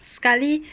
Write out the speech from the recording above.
sekali